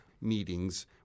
meetings